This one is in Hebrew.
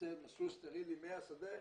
לייצר מסלול סטרילי במתחם